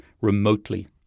remotely